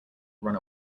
run